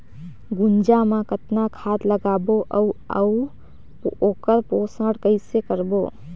गुनजा मा कतना खाद लगाबो अउ आऊ ओकर पोषण कइसे करबो?